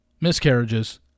miscarriages